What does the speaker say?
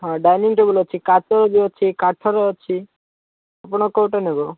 ହଁ dining table ଅଛି କାଚର ଅଛି କାଠର ଅଛି ଆପଣ କୋଉଟା ନେବ